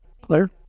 Claire